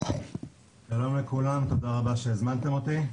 שלום לכולם ותודה שהזמנתם אותי.